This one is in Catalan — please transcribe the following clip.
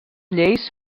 lleis